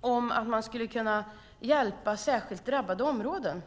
om att man skulle kunna hjälpa särskilt drabbade områden.